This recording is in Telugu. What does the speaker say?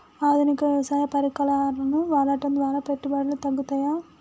ఆధునిక వ్యవసాయ పరికరాలను వాడటం ద్వారా పెట్టుబడులు తగ్గుతయ?